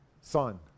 son